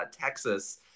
Texas